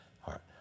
heart